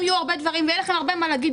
יהיו הרבה דברים ויהיה לכם הרבה מה לומר,